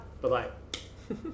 Bye-bye